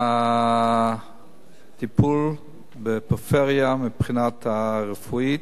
הטיפול בפריפריה מבחינה רפואית.